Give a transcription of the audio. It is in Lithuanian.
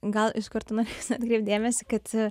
gal išskirtinai atkreipti dėmesį kad